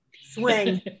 swing